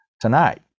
tonight